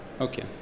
Okay